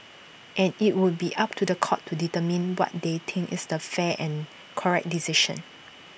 and IT would be up to The Court to determine what they think is the fair and correct decision